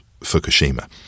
Fukushima